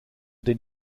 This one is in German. den